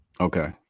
Okay